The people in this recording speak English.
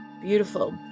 Beautiful